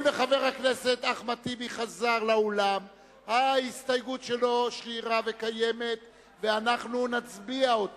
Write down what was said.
נעבור לסעיף 59. בסעיף הזה נצביע על